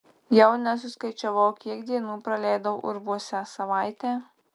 jau nesuskaičiavau kiek dienų praleidau urvuose savaitę